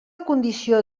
condició